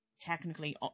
technically